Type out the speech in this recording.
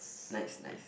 nice nice